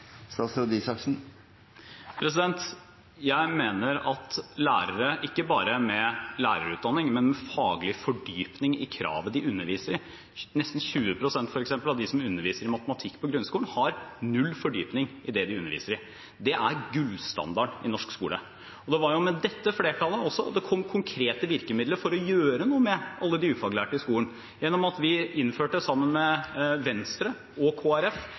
Jeg mener at lærere ikke bare skal ha lærerutdanning, men en faglig fordypning i faget de underviser i. Nesten 20 pst. av dem som underviser i matematikk på grunnskolen, har null fordypning i det de underviser i. Det er gullstandarden i norsk skole. Det var med dette flertallet det kom konkrete virkemidler for å gjøre noe med alle de ufaglærte i skolen, ved at vi sammen med Venstre og